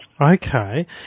Okay